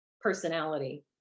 personality